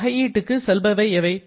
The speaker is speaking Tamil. இந்த வகையீட்டுக்கு செல்பவை எவை